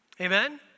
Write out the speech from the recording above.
Amen